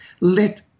Let